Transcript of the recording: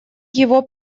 его